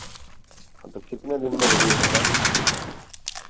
हाँ तो कितने दिन में रिव्यू होगा